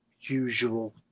usual